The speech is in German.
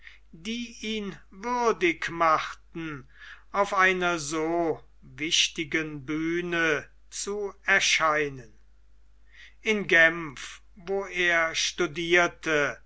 die ihn würdig machten auf einer so wichtigen bühne zu erscheinen in genf wo er studierte